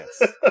Yes